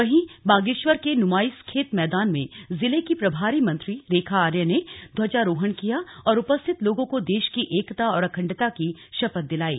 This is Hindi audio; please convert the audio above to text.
वहीं बागेश्वर के नुमाइसखेत मैदान में जिले की प्रभारी मंत्री रेखा आर्या ने ध्वाजारोहण किया और उपस्थित लोगों को देश की एकता और अखंडता की शपथ दिलायी